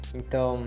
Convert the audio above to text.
então